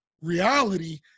reality